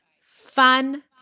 fun